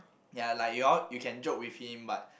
ya like you all you can joke with him but